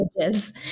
images